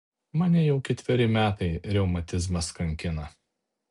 mane jau ketveri metai reumatizmas kankina